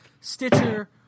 Stitcher